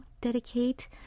dedicate